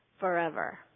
Forever